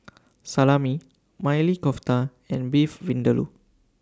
Salami Maili Kofta and Beef Vindaloo